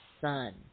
sun